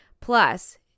Plus